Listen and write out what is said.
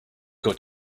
got